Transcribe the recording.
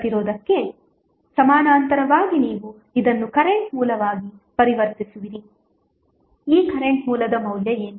ಪ್ರತಿರೋಧಕ್ಕೆ ಸಮಾನಾಂತರವಾಗಿ ನೀವು ಇದನ್ನು ಕರೆಂಟ್ ಮೂಲವಾಗಿ ಪರಿವರ್ತಿಸುವಿರಿ ಈ ಕರೆಂಟ್ ಮೂಲದ ಮೌಲ್ಯ ಏನು